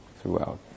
throughout